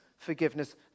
Forgiveness